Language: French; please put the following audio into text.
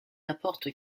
apporte